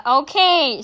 okay